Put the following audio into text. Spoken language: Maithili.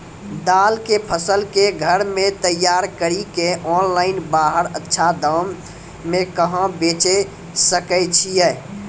दाल के फसल के घर मे तैयार कड़ी के ऑनलाइन बाहर अच्छा दाम मे कहाँ बेचे सकय छियै?